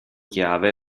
chiave